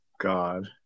God